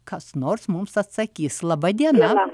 kas nors mums atsakys laba diena